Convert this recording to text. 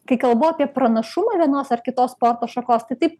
kai kalbu apie pranašumą vienos ar kitos sporto šakos tai taip